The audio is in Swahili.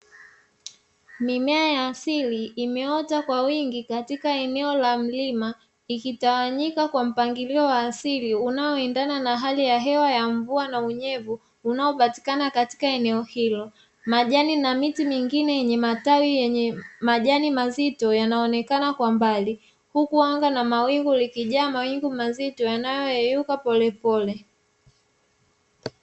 Mimea ya asili imeota kwa wingi katika eneo la mlima ikitawanyika katika mpangilio wa asili unaoendana na hali ya hewa ya mvua na unyevu unyevu unaopatikana katika eneo hilo, majani na miti yenye matani na majani mazito yanaonekana kwa mbali huku anga ikiwa na mawingu yanayoyeyuka pole pole.